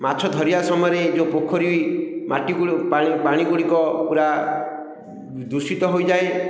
ମାଛ ଧରିବା ସମୟରେ ଯେଉଁ ପୋଖରୀ ମାଟି ପାଣି ଗୁଡ଼ିକ ପୁରା ଦୂଷିତ ହୋଇଯାଏ